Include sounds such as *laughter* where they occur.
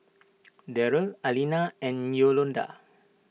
*noise* Darron Alina and Yolonda